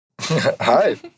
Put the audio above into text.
Hi